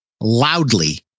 loudly